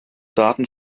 daten